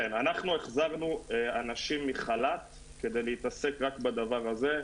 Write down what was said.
אנחנו החזרנו אנשים מחל"ת כדי להתעסק רק בדבר הזה.